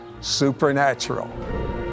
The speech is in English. Supernatural